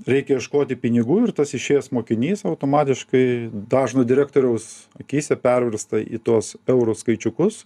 reikia ieškoti pinigų ir tas išėjęs mokinys automatiškai dažno direktoriaus akyse perversta į tuos eurų skaičiukus